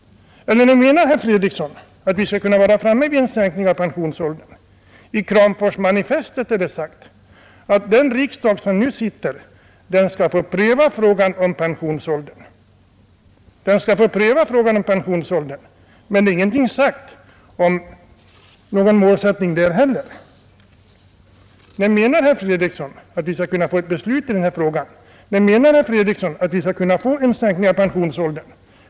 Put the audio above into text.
Eller när anser herr Fredriksson att vi skall kunna vara framme vid en sänkning av pensionsåldern? I Kramforsmanifestet är det sagt att den riksdag som nu sitter skall få pröva frågan om pensionsåldern, men det är ingenting sagt om någon målsättning där heller. När menar herr Fredriksson att vi skall kunna få ett beslut i den här frågan så att vi kan få en sänkning av pensionsåldern?